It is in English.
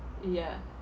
yeah